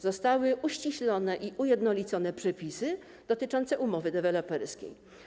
Zostały uściślone i ujednolicone przepisy dotyczące umowy deweloperskiej.